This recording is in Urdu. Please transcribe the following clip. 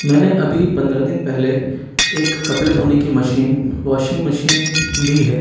میں نے ابھی پندرہ دن پہلے ایک کپڑے دھونے کی مشین واشنگ مشین لی ہے